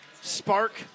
spark